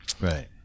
right